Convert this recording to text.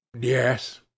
Yes